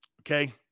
okay